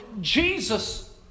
Jesus